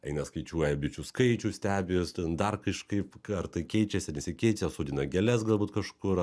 eina skaičiuoja bičių skaičių stebi jas ten dar kažkaip kartai keičiasi nesikeičia sodina gėles galbūt kažkur